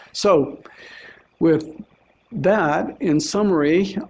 so with that, in summary,